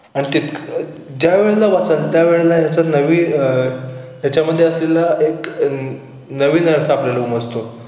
अन तिथं ज्या वेळेला वाचाल त्या वेळेला याचा नवीन त्याच्यामध्ये असलेला एक नवीन अर्थ आपल्याला उमजतो